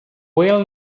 well